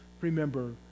remember